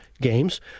games